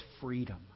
freedom